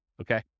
okay